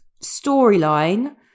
storyline